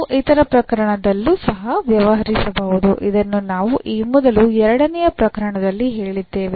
ನಾವು ಇತರ ಪ್ರಕರಣದಲ್ಲೂ ಸಹ ವ್ಯವಹರಿಸಬಹುದು ಇದನ್ನು ನಾವು ಈ ಮೊದಲು ಎರಡನೇ ಪ್ರಕರಣದಲ್ಲಿ ಹೇಳಿದ್ದೇವೆ